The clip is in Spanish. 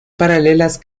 paralelas